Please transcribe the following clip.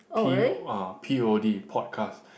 P uh P_O_D podcast